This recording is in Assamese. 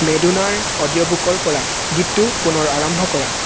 মেডোনাৰ অডিঅ'বুকৰ পৰা গীতটো পুনৰ আৰম্ভ কৰা